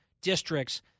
districts